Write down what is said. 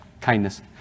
kindness